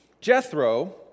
Jethro